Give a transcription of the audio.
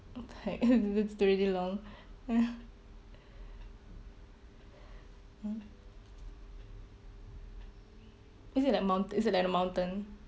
okay that's really long is it like mount~ is it like a mountain